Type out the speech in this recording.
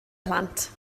plant